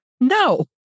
no